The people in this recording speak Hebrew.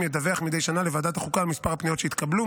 ידווח מדי שנה לוועדת החוקה על מספר הפניות שהתקבלו,